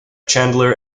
chandler